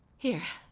here.